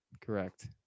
Correct